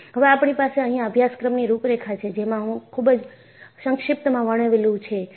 હવે આપણી પાસે અહિયાં અભ્યાસક્રમની રૂપરેખા છે જેમાં ખૂબ જ સંક્ષિપ્તમાં વર્ણવેલું છે